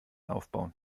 aufbauen